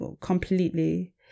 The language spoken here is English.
completely